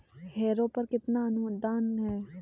Harrow पर कितना अनुदान है?